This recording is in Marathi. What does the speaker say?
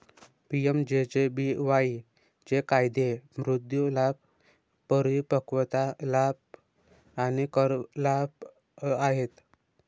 पी.एम.जे.जे.बी.वाई चे फायदे मृत्यू लाभ, परिपक्वता लाभ आणि कर लाभ आहेत